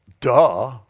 duh